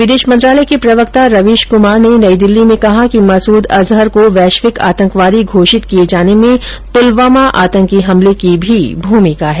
विदेश मंत्रालय के प्रवक्ता रवीश कुमार ने नई दिल्ली में कहा कि मसूद अजहर को वैश्विक आतंकवादी घोषित किये जाने में पुलवामा आतंकी हमले की भी भूमिका है